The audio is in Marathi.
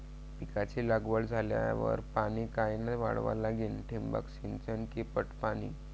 पिकाची लागवड झाल्यावर पाणी कायनं वळवा लागीन? ठिबक सिंचन की पट पाणी?